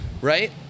Right